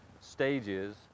stages